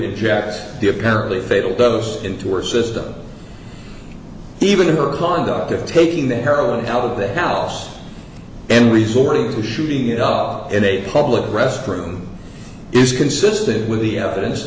inject the apparently failed those into her system even her conduct of taking the heroin out of the house and resorting to shooting it up in a public restroom is consistent with the evidence